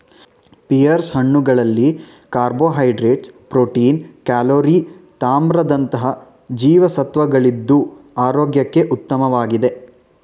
pears ಹಣ್ಣುಗಳಲ್ಲಿ carbohydrates, protein, calorie ತಾಮ್ರದಂತಹ ಜೀವಸತ್ವಗಳಿದ್ದು ಆರೋಗ್ಯಕ್ಕೆ ಉತ್ತಮವಾಗಿದೆ